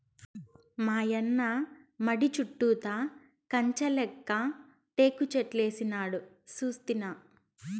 మాయన్న మడి చుట్టూతా కంచెలెక్క టేకుచెట్లేసినాడు సూస్తినా